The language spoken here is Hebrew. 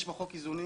יש בחוק איזונים.